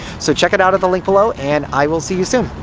so, check it out at the link below, and i will see you soon.